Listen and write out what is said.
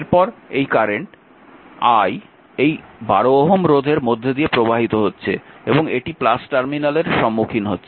তারপর এই current i এই 12 ওহম রোধের মধ্য দিয়ে প্রবাহিত হচ্ছে এবং এটি টার্মিনালের সম্মুখীন হচ্ছে